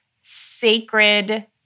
sacred